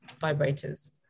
vibrators